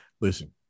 Listen